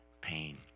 pain